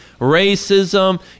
racism